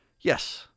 Yes